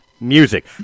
music